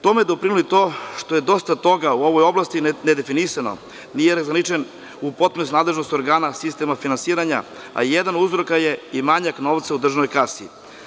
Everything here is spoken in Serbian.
Tome je doprinelo i to što je dosta toga u ovoj oblasti nedefinisano, nije razgraničen u potpunosti nadležnost organa, sistema finansiranja, a jedan od uzroka je i manjak novca u državnoj kasi.